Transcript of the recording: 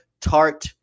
tart